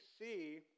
see